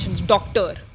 doctor